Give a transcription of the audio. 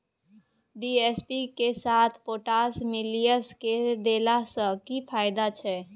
DAP के साथ potash मिललय के देला स की फायदा छैय?